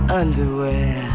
underwear